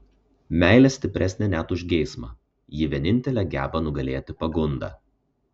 meilė stipresnė net už geismą ji vienintelė geba nugalėti pagundą